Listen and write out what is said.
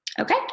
Okay